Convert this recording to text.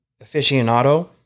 aficionado